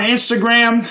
Instagram